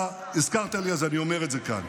אתה הזכרת לי, אז אני אומר את זה כאן.